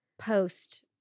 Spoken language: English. post